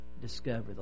discover